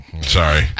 Sorry